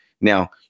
Now